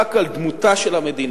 למאבק על דמותה של המדינה